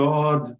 God